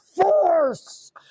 force